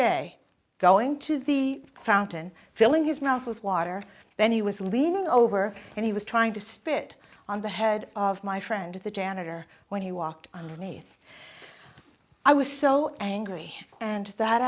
day going to the fountain filling his mouth with water then he was leaning over and he was trying to spit on the head of my friend of the janitor when he walked on me i was so angry and that